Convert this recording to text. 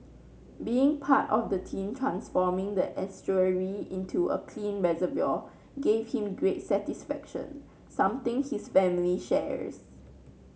being part of the team transforming the estuary into a clean reservoir gave him great satisfaction something his family shares